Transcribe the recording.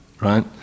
right